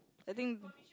I think